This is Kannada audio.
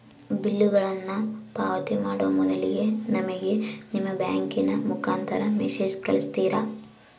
ಬಿಲ್ಲುಗಳನ್ನ ಪಾವತಿ ಮಾಡುವ ಮೊದಲಿಗೆ ನಮಗೆ ನಿಮ್ಮ ಬ್ಯಾಂಕಿನ ಮುಖಾಂತರ ಮೆಸೇಜ್ ಕಳಿಸ್ತಿರಾ?